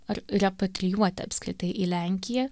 ar repatrijuoti apskritai į lenkiją